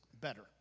better